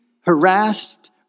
harassed